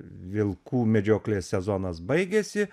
vilkų medžioklės sezonas baigėsi